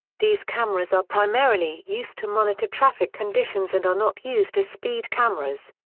these cameras are primarily used to monitor traffic conditions and are not used as speed cameras.